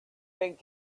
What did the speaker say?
think